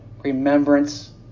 Remembrance